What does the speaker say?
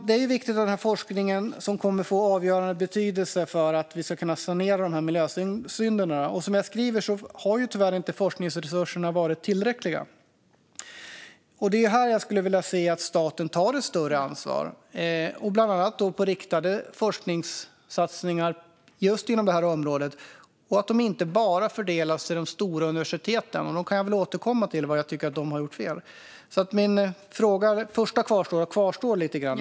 Det här är viktig forskning som kommer att få avgörande betydelse för att vi ska kunna sanera dessa miljösynder. Tyvärr har inte mängden forskningsresurser varit tillräcklig. Jag skulle vilja se att staten tar ett större ansvar, bland annat med riktade forskningssatsningar på det här området. Och de får inte bara fördelas till de stora universiteten. Jag ska återkomma till vilka fel jag tycker att de har gjort. Min första fråga kvarstår lite grann.